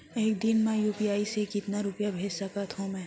एक दिन म यू.पी.आई से कतना रुपिया भेज सकत हो मैं?